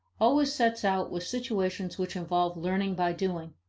always sets out with situations which involve learning by doing.